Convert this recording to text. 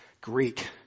Greek